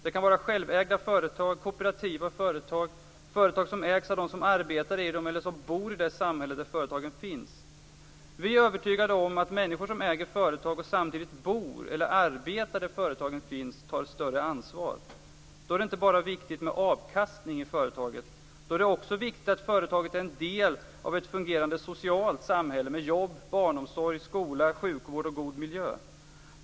Det kan vara självägda företag, kooperativa företag, företag som ägs av dem som arbetar i dem eller som bor i det samhälle där företagen finns. Vi är övertygade om att människor som äger företag och samtidigt bor eller arbetar där företagen finns tar större ansvar. Då är det inte bara viktigt med avkastning i företaget. Då är det också viktigt att företaget är en del av ett fungerande socialt samhälle med jobb, barnomsorg, skola, sjukvård och god miljö.